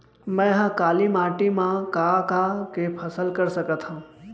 मै ह काली माटी मा का का के फसल कर सकत हव?